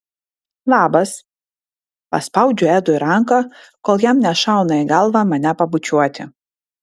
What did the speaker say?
labas paspaudžiu edui ranką kol jam nešauna į galvą mane pabučiuoti